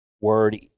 word